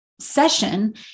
session